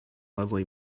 lovely